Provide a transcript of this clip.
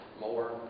more